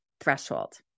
threshold